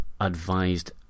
advised